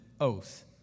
oath